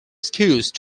excuse